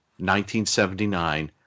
1979